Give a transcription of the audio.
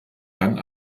dann